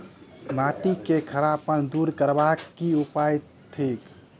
माटि केँ खड़ापन दूर करबाक की उपाय थिक?